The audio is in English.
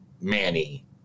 Manny